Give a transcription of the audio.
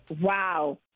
Wow